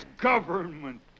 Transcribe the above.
government